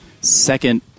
second